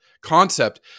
concept